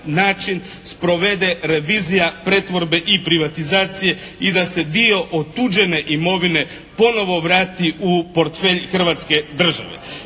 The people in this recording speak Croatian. način sprovede revizija pretvorbe i privatizacije i da se dio otuđene imovine ponovo vrati u portfelj Hrvatske države